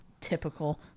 typical